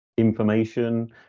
information